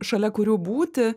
šalia kurių būti